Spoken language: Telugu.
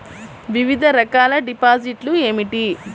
వివిధ రకాల డిపాజిట్లు ఏమిటీ?